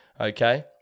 okay